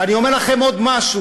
ואני אומר לכם עוד משהו,